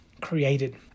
created